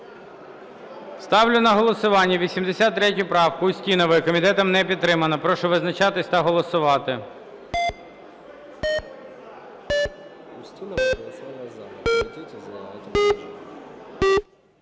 Ставлю на голосування 83 правку Устінової. Комітетом не підтримано. Прошу визначатися та голосувати.